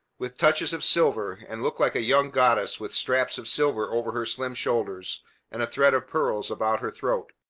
with touches of silver, and looked like a young goddess with straps of silver over her slim shoulders and thread of pearls about her throat.